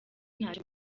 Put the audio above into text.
ntacyo